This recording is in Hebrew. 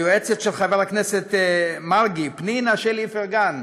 ליועצת של חבר הכנסת מרגי, פנינה שלי איפרגן,